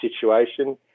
situation